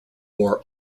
war